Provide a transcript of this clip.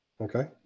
Okay